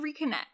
reconnect